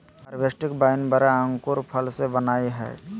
हर्बेस्टि wine बड़ा अंगूर फल से बनयय हइ